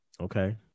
Okay